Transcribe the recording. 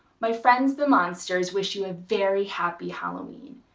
my friends, the monsters, wish you a very happy halloween.